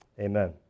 Amen